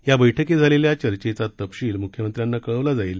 या बैठकीत झालेल्या चर्चेचा तपशील मुख्यमंत्र्यांना कळवला जाईल